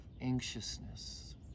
anxiousness